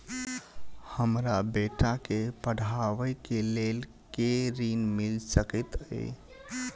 हमरा बेटा केँ पढ़ाबै केँ लेल केँ ऋण मिल सकैत अई?